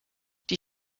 die